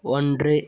ஒன்று